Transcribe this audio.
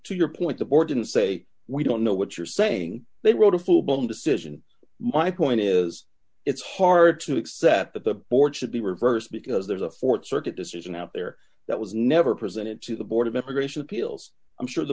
to your point the board didn't say we don't know what you're saying they wrote a full blown decision my point is it's hard to accept that the board should be reversed because there's a th circuit decision up there that was never presented to the board of immigration appeals i'm sure the